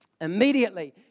Immediately